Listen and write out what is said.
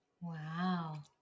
Wow